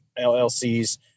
LLCs